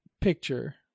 picture